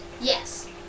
Yes